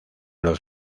los